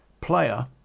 player